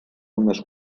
unes